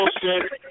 bullshit